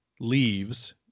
leaves